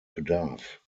bedarf